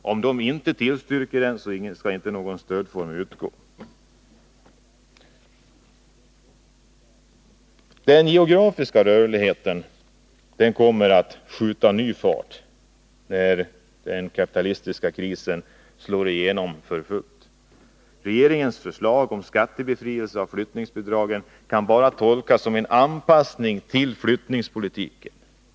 Om de inte tillstyrker skall inte något stöd utgå. Den geografiska rörligheten kommer att skjuta ny fart när den kapitalistiska krisen slår igenom för fullt. Regeringens förslag om skattebefrielse avseende flyttningsbidrag kan bara tolkas som en anpassning till flyttningspolitiken.